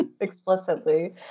Explicitly